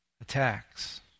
attacks